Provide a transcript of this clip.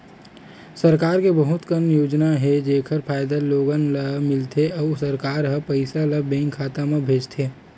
सरकार के बहुत कन योजना हे जेखर फायदा लोगन ल मिलथे अउ सरकार ह पइसा ल बेंक खाता म भेजथे